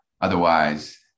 otherwise